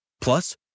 Plus